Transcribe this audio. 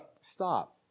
stop